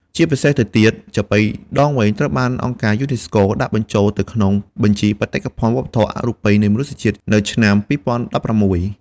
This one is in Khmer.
ជាពិសេសទៅទៀត ចាប៉ីដងវែង ត្រូវបានអង្គការ UNESCO ដាក់បញ្ចូលទៅក្នុងបញ្ជី បេតិកភណ្ឌវប្បធម៌អរូបីនៃមនុស្សជាតិ នៅឆ្នាំ ២០១៦។